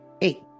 eight